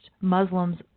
Muslims